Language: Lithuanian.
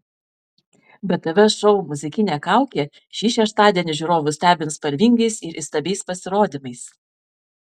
btv šou muzikinė kaukė šį šeštadienį žiūrovus stebins spalvingais ir įstabiais pasirodymais